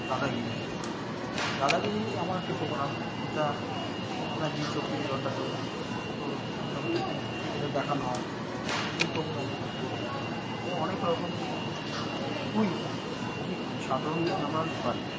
দাদাগিরি দাদাগিরি এমন একটি পোগ্রাম যেটা আমরা জি চব্বিশ ঘন্টা তো প্রো পোগ্রামটি টিভিতে দেখানো হয় সেই পোগ্রামও দেখে আমরা অনেক রকম ক্যুইজ জি কে সাধারণ জ্ঞান আপনার বাড়বে